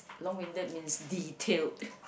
long winded means detailed